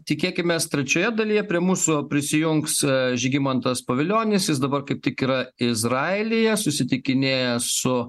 tikėkimės trečioje dalyje prie mūsų prisijungs žygimantas pavilionis jis dabar kaip tik yra izraelyje susitikinėja su